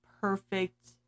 perfect